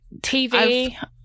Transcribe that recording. TV